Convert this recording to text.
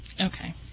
Okay